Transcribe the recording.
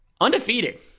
undefeated